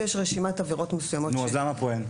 יש רשימת עבירות מסוימות --- אז למה פה אין?